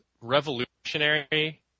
revolutionary